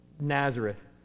Nazareth